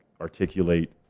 articulate